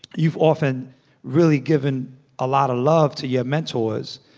you've often really given a lot of love to your mentors,